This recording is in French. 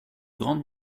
grande